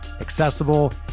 accessible